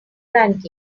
ranking